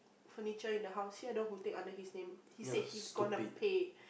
furniture in the house he the one who take under his name he said he's gonna pay